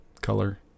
color